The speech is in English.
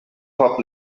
hop